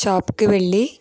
షాప్కి వెళ్ళి